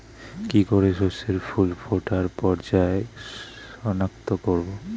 কি করে শস্যের ফুল ফোটার পর্যায় শনাক্ত করব?